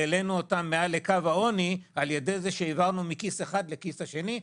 העלינו אותם מעל קו העוני על ידי זה שהעברנו מכיס אחד לכיס השני.